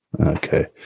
okay